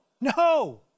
no